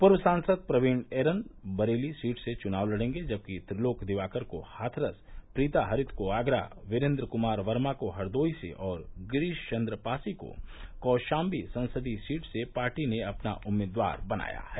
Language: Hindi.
पूर्व सांसद प्रवीन ऐरन बरेली सीट से चुनाव लड़ेंगे जबकि त्रिलोक दिवाकर को हाथरस प्रीता हरित को आगरा वीरेन्द्र कुमार वर्मा को हरदोई से और गिरीश चन्द्र पासी को कौशाम्बी संसदीय सीट से पार्टी ने अपना उम्मीदवार बनाया है